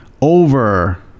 over